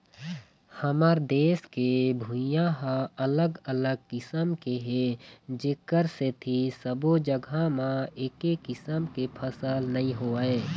हमर देश के भुइंहा ह अलग अलग किसम के हे जेखर सेती सब्बो जघा म एके किसम के फसल नइ होवय